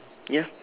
ya